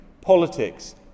politics